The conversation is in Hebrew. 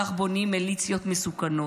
כך בונים מיליציות מסוכנות.